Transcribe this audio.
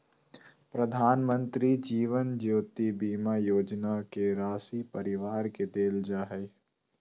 प्रधानमंत्री जीवन ज्योति बीमा योजना के राशी परिवार के देल जा हइ